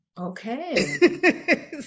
okay